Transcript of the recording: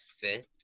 fit